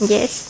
Yes